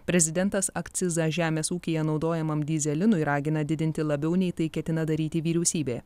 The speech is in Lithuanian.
prezidentas akcizą žemės ūkyje naudojamam dyzelinui ragina didinti labiau nei tai ketina daryti vyriausybė